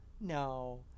no